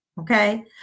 okay